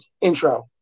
intro